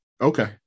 Okay